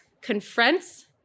confronts